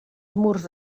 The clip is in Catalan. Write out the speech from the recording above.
murs